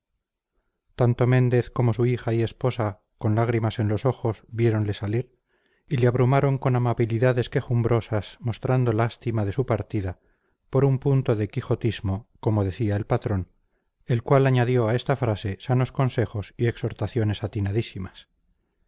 tanto méndez como su hija y esposa con lágrimas en los ojos viéronle salir y le abrumaron con amabilidades quejumbrosas mostrando lástima de su partida por un punto de quijotismo como decía el patrón el cual añadió a esta frase sanos consejos y exhortaciones atinadísimas